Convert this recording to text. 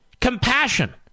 compassion